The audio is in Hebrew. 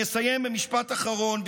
אז אני אסיים במשפט אחרון.